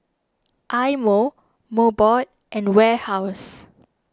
Eye Mo Mobot and Warehouse